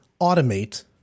automate